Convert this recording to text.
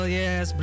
yes